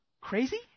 crazy